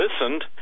listened